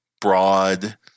broad